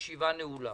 הישיבה נעולה.